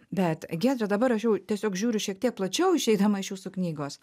bet giedre dabar aš jau tiesiog žiūriu šiek tiek plačiau išeidama iš jūsų knygos